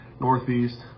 Northeast